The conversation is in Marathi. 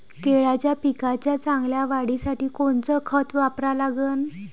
केळाच्या पिकाच्या चांगल्या वाढीसाठी कोनचं खत वापरा लागन?